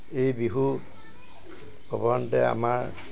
এই বিহু সৰ্বসাধাৰণতে আমাৰ